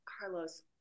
carlos